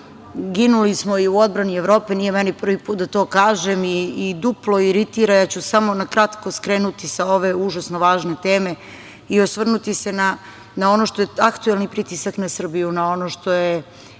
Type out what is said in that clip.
ginuli smo i u odbrani Evrope, nije meni prvi put da to kažem, i duplo iritira. Ja ću samo nakratko skrenuti sa ove užasno važne teme i osvrnuti se na ono što je aktuelni pritisak na Srbiju, na ono što je